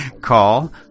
call